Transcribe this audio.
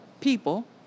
people